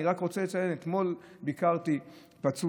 אני רק רוצה לציין שאתמול ביקרתי פצוע,